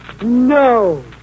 No